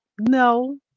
no